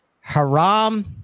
Haram